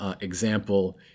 example